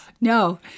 no